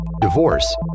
divorce